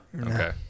Okay